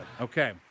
Okay